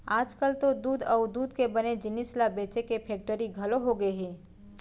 आजकाल तो दूद अउ दूद के बने जिनिस ल बेचे के फेक्टरी घलौ होगे हे